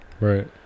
Right